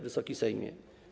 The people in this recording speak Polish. Wysoki Sejmie!